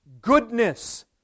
goodness